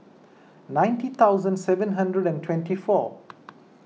ninety thousand seven hundred and twenty four